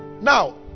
Now